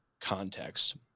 context